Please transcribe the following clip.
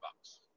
bucks